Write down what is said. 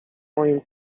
moim